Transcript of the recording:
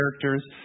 characters